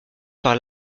par